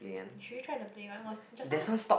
should we try to play one was just now